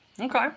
Okay